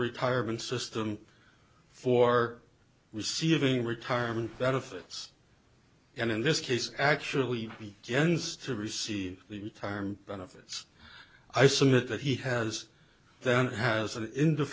retirement system for receiving retirement benefits and in this case actually gens to receive the retirement benefits i submit that he has then has an in